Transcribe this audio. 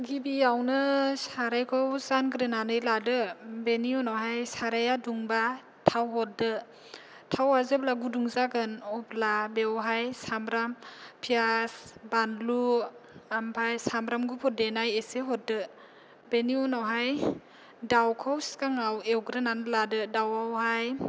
गिबियावनो सारायखौ जानग्रोनानै लादो बेनि उनावहाय साराया दुंबा थाव हरदो थावा जेब्ला गुदुं जागोन अब्ला बेवहाय सामब्राम पियास बानलु ओमफ्राय सामब्राम गुफुर देनाय एसे हरदो बेनि उनावहाय दाउखौ सिगां एवग्रोनानै लादो दाउवावहाय